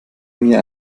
mir